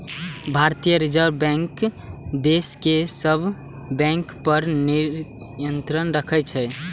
भारतीय reserve bank देश के सब बैंक पर नियंत्रण राखै छै